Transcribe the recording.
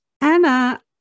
Anna